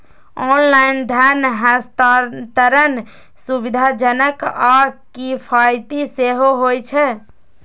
online धन हस्तांतरण सुविधाजनक आ किफायती सेहो होइ छै